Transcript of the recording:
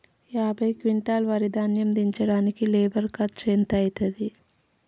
యాభై క్వింటాల్ వరి ధాన్యము దించడానికి లేబర్ ఖర్చు ఎంత అయితది?